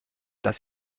dass